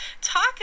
talk